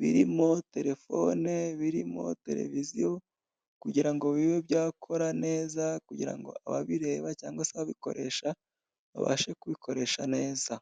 birimo telefone, birimo televiziyo, kugira ngo bibe byakora neza kugira ngo ababireba cyangwa se abikoresha babashe kubikoresha neza.